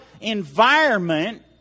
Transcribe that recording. environment